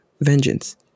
vengeance